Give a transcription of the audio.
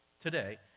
today